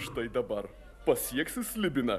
štai dabar pasieksi slibiną